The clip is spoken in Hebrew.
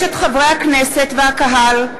איזו ירושה העברנו לשר האוצר שבא מ"סינדרום יש עתיד"?